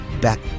back